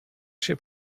się